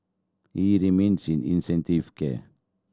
he remains in intensive care